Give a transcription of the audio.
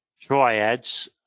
triads